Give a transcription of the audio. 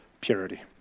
purity